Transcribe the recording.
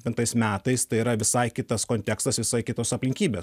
penktais metais tai yra visai kitas kontekstas visai kitos aplinkybės